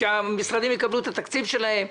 שהמשרדים יקבלו את התקציב שלהם,